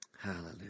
Hallelujah